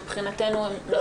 מבחינתנו הם נחשבים --- לא.